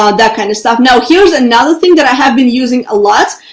ah that kind of stuff. now here's another thing that i have been using a lot,